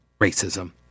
racism